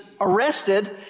arrested